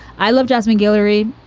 i love jasmine guillory.